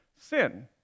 sin